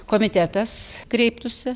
komitetas kreiptųsi